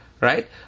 right